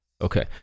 Okay